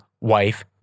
wife